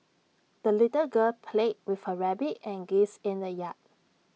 the little girl played with her rabbit and geese in the yard